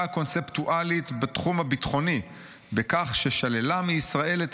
קונספטואלית בתחום הביטחוני בכך ששללה מישראל את